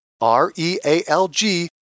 R-E-A-L-G